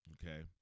Okay